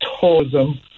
tourism